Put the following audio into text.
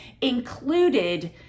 included